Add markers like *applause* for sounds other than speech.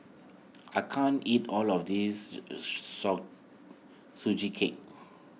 I can't eat all of this *unintelligible* Sugee Cake